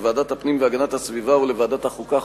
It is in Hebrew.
לוועדת הפנים והגנת הסביבה ולוועדת החוקה,